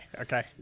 Okay